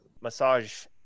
massage